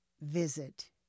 visit